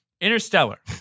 Interstellar